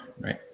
right